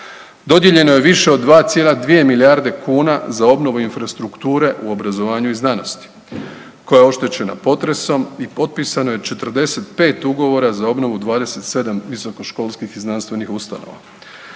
Dodijeljeno je više od 2,2 milijarde kuna za obnovu infrastrukture u obrazovanju i znanosti koja je oštećena potresom i potpisano je 45 ugovora za obnovu 27 visokoškolskih i znanstvenih ustanova.